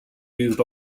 used